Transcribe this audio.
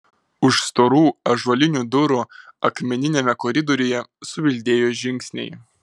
už storų ąžuolinių durų akmeniniame koridoriuje subildėjo žingsniai